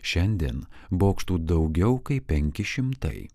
šiandien bokštų daugiau kaip penki šimtai